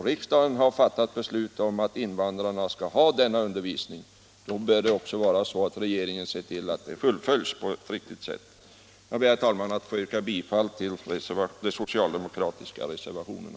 Riksdagen har fattat beslut om att invandrarna skall ha denna undervisning, och då bör regeringen se till att det beslutet fullföljs på ett riktigt sätt. Jag yrkar bifall till de socialdemokratiska reservationerna.